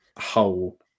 whole